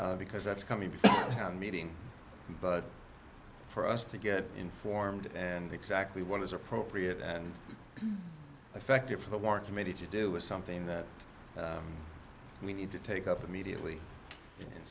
vote because that's coming to town meeting but for us to get informed and exactly what is appropriate and effective for the war committee to do is something that we need to take up immediately in